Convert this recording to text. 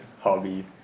hobby